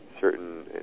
certain